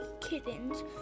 kittens